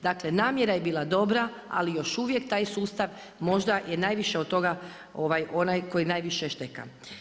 Dakle namjera je bila dobra ali još uvijek taj sustav možda je najviše od toga onaj koji najviše šteka.